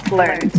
learn